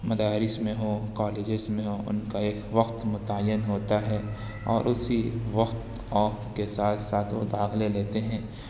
مدارس میں ہوں کالجیز میں ہوں ان کا ایک وقت متعین ہوتا ہے اور اسی وقت وقت کے ساتھ ساتھ وہ داخلے لیتے ہیں